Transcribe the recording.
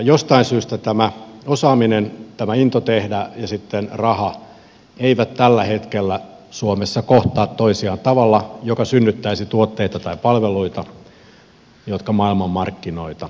jostain syystä tämä osaaminen tämä into tehdä ja sitten raha eivät tällä hetkellä suomessa kohtaa toisiaan tavalla joka synnyttäisi tuotteita tai palveluita jotka maailmanmarkkinoita kiinnostavat